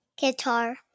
guitar